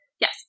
Yes